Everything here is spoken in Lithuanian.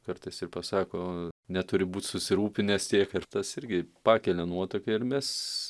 kartais ir pasako neturi būt susirūpinęs tiek ir tas irgi pakelia nuotaką ir mes